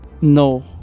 No